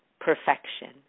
perfection